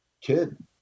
kid